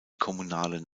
kommunalen